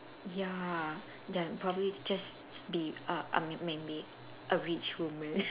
ya ya probably just be a a may~ maybe a rich woman